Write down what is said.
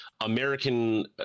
American